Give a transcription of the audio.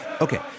Okay